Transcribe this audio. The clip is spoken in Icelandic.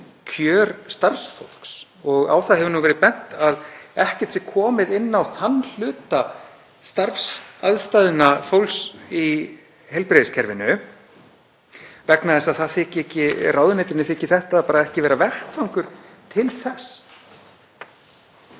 kjör starfsfólks. Á það hefur verið bent að ekkert sé komið inn á þann hluta starfsaðstæðna fólks í heilbrigðiskerfinu vegna þess að ráðuneytinu þyki þetta ekki vera vettvangur til þess.